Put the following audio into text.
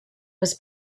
was